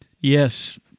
yes